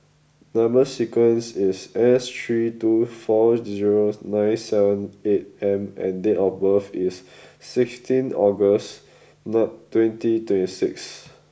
number sequence is S three two four zero nine seven eight M and date of birth is sixteenth August nine twenty twenty six